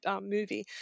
movie